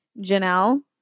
Janelle